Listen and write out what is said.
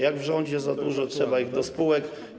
Jak w rządzie za dużo, trzeba ich do spółek.